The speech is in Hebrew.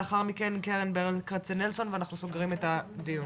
לאחר מכן קרן ברל כצנלסון ואנחנו סוגרים את הדיון.